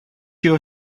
your